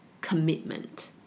commitment